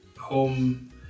home